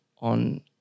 on